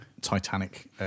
Titanic